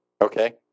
Okay